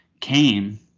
came